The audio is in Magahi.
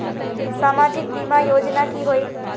सामाजिक बीमा योजना की होय?